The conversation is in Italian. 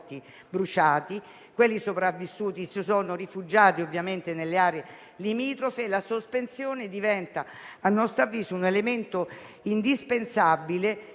bruciati e quelli sopravvissuti si sono rifugiati ovviamente nelle aree limitrofe. Pertanto, la sospensione della caccia diventa a nostro avviso un elemento indispensabile